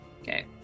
Okay